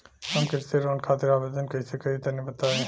हम कृषि लोन खातिर आवेदन कइसे करि तनि बताई?